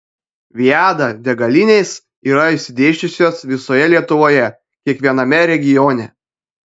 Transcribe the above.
viada degalinės yra išsidėsčiusios visoje lietuvoje kiekviename regione